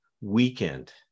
weekend